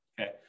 Okay